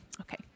okay